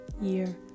year